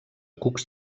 cucs